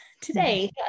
today